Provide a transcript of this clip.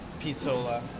pizzola